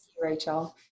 Rachel